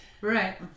right